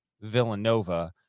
Villanova